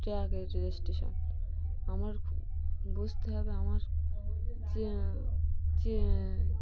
track registration আমার বুঝতে হবে আমার যে যে